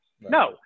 No